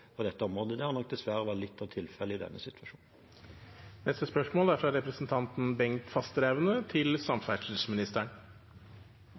på dette området. Det har nok dessverre vært litt tilfellet i denne situasjonen. Dette spørsmålet er utsatt til neste spørretime. «Mange taxisjåfører er